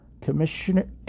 Commissioner